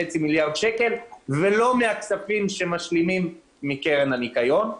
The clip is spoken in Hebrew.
מיליארד שקלים ולא מהכספים שמשלימים מקרן הניקיון.